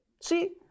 See